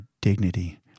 dignity